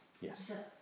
Yes